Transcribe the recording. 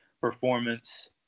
performance